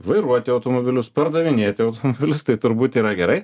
vairuoti automobilius pardavinėti automobilius tai turbūt yra gerai